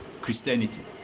Christianity